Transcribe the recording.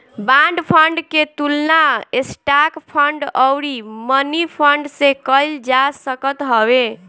bond fund के तुलना stock fund अउरी मनीफंड से कईल जा सकत हवे